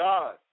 God